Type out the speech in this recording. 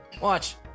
Watch